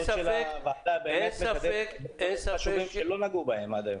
הוועדה באמת מקדמת דברים חשובים שלא נגעו בהם עד היום.